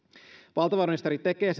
valtiovarainministeri tekee